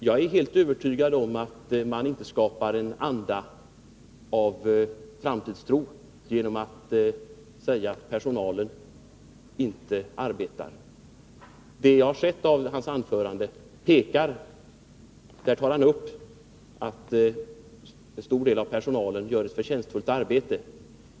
Jag är helt övertygad om att man inte skapar en anda av framtidstro genom att säga att personalen inte arbetar. I det jag har sett av Ulf Adelsohns anförande tar han upp att en stor del av personalen gör ett förtjänstfullt arbete.